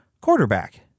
Quarterback